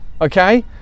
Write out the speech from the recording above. okay